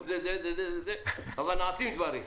אבל נעשים דברים.